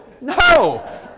No